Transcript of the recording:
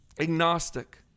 agnostic